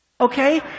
Okay